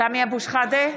סמי אבו שחאדה,